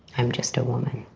i'm just a one.